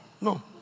No